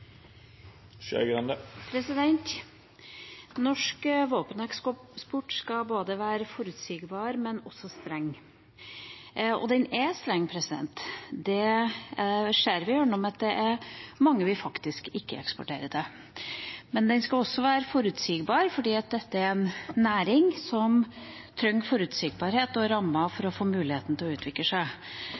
streng. Det ser vi gjennom at det er mange vi ikke eksporterer til. Men den skal også være forutsigbar, for dette er en næring som trenger forutsigbarhet og rammer for å ha mulighet til å utvikle seg.